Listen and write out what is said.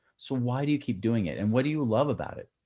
so why do you keep doing it? and what do you love about it?